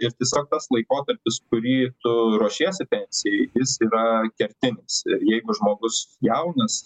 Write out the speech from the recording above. ir tiesiog tas laikotarpis kurį tu ruošiesi pensijai jis yra kertinis jeigu žmogus jaunas